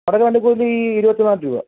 പറഞ്ഞ വണ്ടി കൂലി ഇരുപത്തിനാല് രൂപയാണ്